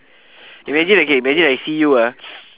imagine again imagine I see you ah